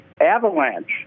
avalanche